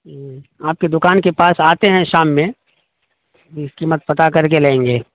ہوں آپ کے دکان کے پاس آتے ہیں شام میں کیمت پتہ کر کے لیں گے